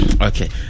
okay